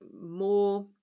more